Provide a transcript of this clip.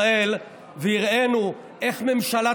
הדלקנו את האור לעם ישראל והראינו איך ממשלה טובה,